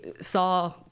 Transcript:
saw